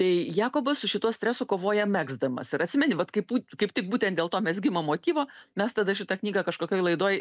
tai jakobas su šituo stresu kovoja megzdamas ir atsimeni vat kaip kaip tik būtent dėl to mezgimo motyvo mes tada šitą knygą kažkokioj laidoj